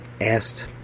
asked